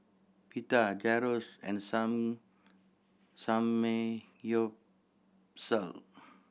Pita Gyros and some Samgyeopsal